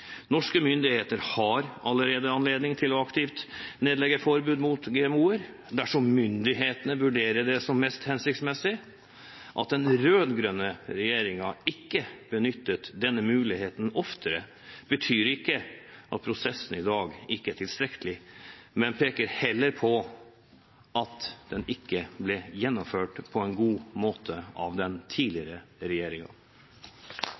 Norske myndigheter har allerede anledning til aktivt å nedlegge forbud mot GMO-er dersom myndighetene vurderer det som mest hensiktsmessig. At den rød-grønne regjeringen ikke benyttet denne muligheten oftere, betyr ikke at prosessene i dag ikke er tilstrekkelige, men peker heller på at den ikke ble gjennomført på en god måte av den tidligere